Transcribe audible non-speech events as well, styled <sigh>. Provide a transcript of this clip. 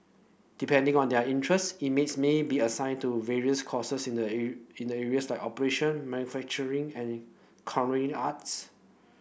depending on their interests inmates may be assigned to various courses in the <unintelligible> in the areas like operation manufacturing and <unintelligible> arts